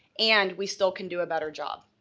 and we still can do a better job.